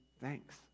thanks